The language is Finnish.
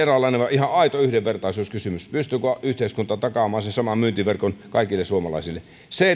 ihan aito yhdenvertaisuuskysymys pystyykö yhteiskunta takaamaan sen saman myyntiverkon kaikille suomalaisille